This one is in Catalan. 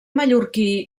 mallorquí